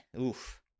Oof